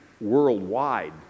worldwide